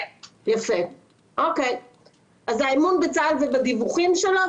בנושא האמון בצה"ל ובדיווחים שלו,